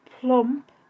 Plump